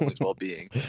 well-being